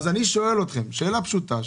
אז אני שואל אתכם שאלה פשוטה.